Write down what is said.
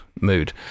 mood